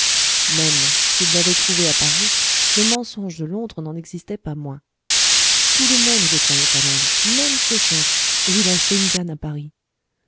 même s'il l'avait trouvée à paris le mensonge de londres n'en existait pas moins tout le monde le croyait à londres même ses chefs et il achetait une canne à paris